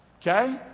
Okay